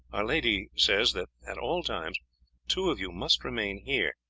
our lady says that at all times two of you must remain here,